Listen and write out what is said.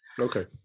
okay